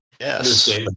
Yes